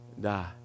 die